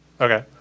Okay